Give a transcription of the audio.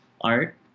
art